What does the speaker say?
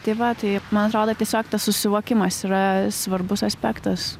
tai va tai man atrodo tiesiog tas susivokimas yra svarbus aspektas